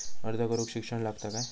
अर्ज करूक शिक्षण लागता काय?